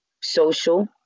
social